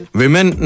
women